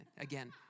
again